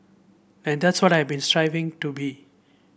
and that's what I have been striving to be